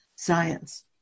Science